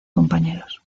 compañeros